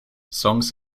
songs